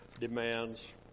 demands